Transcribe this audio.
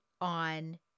on